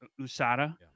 USADA